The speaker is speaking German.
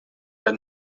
der